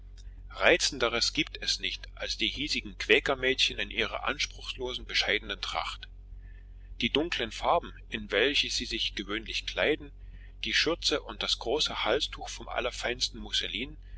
reizenderes gibt es nicht als die hiesigen quäkermädchen in ihrer anspruchslosen bescheidenen tracht die dunklen farben in welche sie sich gewöhnlich kleiden die schürze und das große halstuch vom allerfeinsten musselin